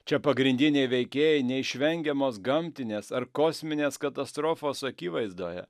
čia pagrindiniai veikėjai neišvengiamos gamtinės ar kosminės katastrofos akivaizdoje